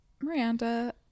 Miranda